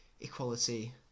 equality